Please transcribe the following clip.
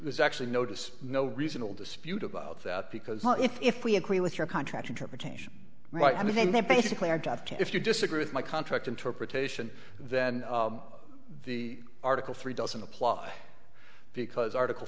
is actually notice no reasonable dispute about that because if we agree with your contract interpretation right i mean that basically our draft if you disagree with my contract interpretation then the article three doesn't apply because article